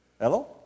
Hello